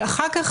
ואחר כך,